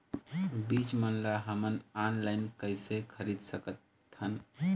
बीज मन ला हमन ऑनलाइन कइसे खरीद सकथन?